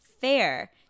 fair